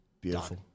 beautiful